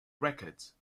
records